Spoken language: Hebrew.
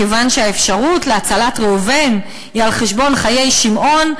כיוון שהאפשרות להצלת ראובן היא על חשבון חיי שמעון,